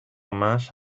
más